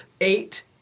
Eight